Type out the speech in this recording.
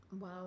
Wow